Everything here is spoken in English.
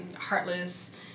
heartless